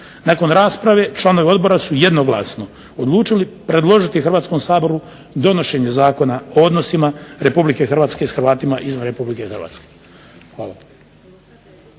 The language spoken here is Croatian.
Nakon rasprave članovi Odbora su jednoglasno odlučili predložiti Hrvatskom saboru donošenje Zakona o odnosima Republike Hrvatske s Hrvatima izvan Republike Hrvatske. Hvala.